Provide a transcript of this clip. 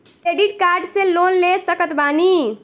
Credit card से loan ले सकत बानी?